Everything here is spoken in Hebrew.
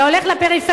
אתה הולך לפריפריה,